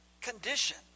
condition